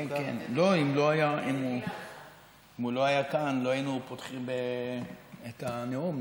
אם הוא לא היה כאן לא היינו פותחים את הנאום.